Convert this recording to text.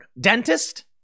dentist